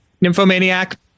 Nymphomaniac